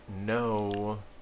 no